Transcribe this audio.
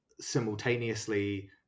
simultaneously